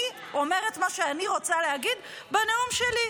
אני אומרת מה שאני רוצה להגיד בנאום שלי,